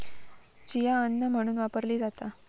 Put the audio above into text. chia अन्न म्हणून वापरली जाता